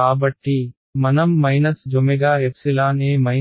కాబట్టి మనం jE joEo